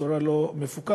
בצורה לא מפוקחת,